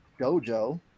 dojo